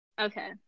Okay